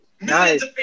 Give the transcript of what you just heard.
Nice